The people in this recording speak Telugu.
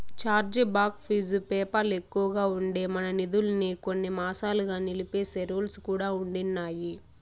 ఛార్జీ బాక్ ఫీజు పేపాల్ ఎక్కువగా ఉండి, మన నిదుల్మి కొన్ని మాసాలుగా నిలిపేసే రూల్స్ కూడా ఉండిన్నాయి